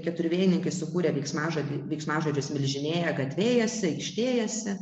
keturvėjininkai sukūrė veiksmažodį veiksmažodžius milžinėja gatvėjasi aikštėjasi